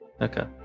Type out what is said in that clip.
Okay